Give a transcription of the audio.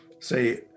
say